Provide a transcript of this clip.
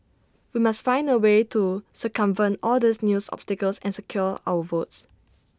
we must find A way to circumvent all these news obstacles and secure our votes